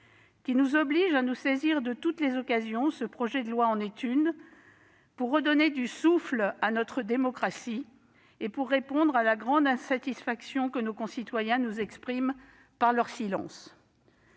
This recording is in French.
Elle nous oblige à nous saisir de toutes les occasions- ce projet de loi en est une -pour redonner du souffle à notre démocratie et pour répondre à la grande insatisfaction que nos concitoyens expriment par leur silence.